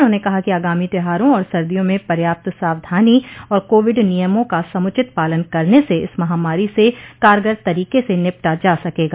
उन्होंने कहा कि आगामी त्योहारों और सर्दियों में पर्याप्त सावधानी और कोविड नियमों का समुचित पालन करने से इस महामारी से कारगर तरीके से निपटा जा सकेगा